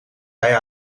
bij